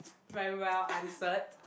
very well answered